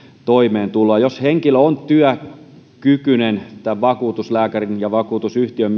toimeentuloa jos henkilö on työkykyinen vakuutuslääkärin ja vakuutusyhtiön